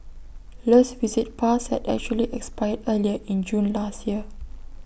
le's visit pass had actually expired earlier in June last year